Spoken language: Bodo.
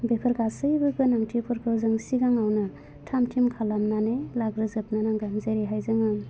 बेफोर गासैबो गोनांथिफोरखौ जों सिगाङावनो थाम थिम खालामनानै लाग्रोजोबनो नांगोन जेरैहाय जोङो